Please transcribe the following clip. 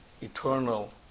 eternal